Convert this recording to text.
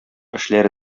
эшләре